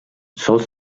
sols